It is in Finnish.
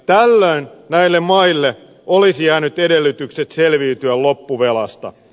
tällöin näille maille olisi jäänyt edellytykset selviytyä loppuvelasta